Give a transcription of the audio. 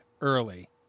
early